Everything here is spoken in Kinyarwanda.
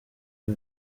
uyu